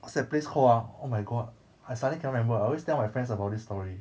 what's that place call ah oh my god I suddenly cannot remember I always tell my friends about this story